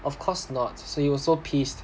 of course not so he was so pissed